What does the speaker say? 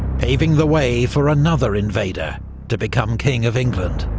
paving the way for another invader to become king of england.